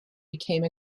became